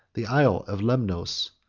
the isle of lemnos,